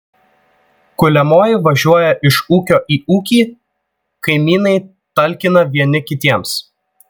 kuliamoji važiuoja iš ūkio į ūkį kaimynai talkina vieni kitiems